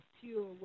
pure